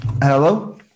hello